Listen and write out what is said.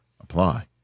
apply